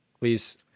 Please